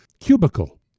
cubicle